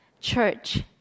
Church